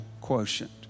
quotient